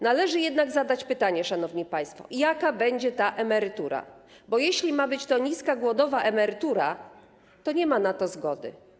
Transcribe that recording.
Należy jednak zadać pytanie, szanowni państwo, jaka będzie ta emerytura, bo jeśli ma być to niska, głodowa emerytura, to nie ma na to zgody.